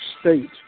State